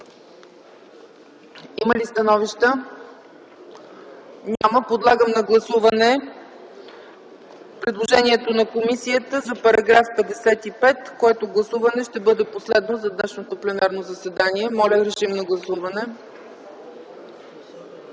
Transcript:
Има ли становища? Няма. Подлагам на гласуване предложението на комисията за § 55. Това гласуване ще бъде последно за днешното пленарно заседание. Моля, гласувайте.